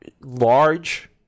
large